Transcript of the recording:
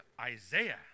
Isaiah